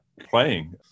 playing